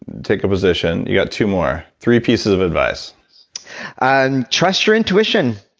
take a position. you got two more. three pieces of advice and trust your intuition.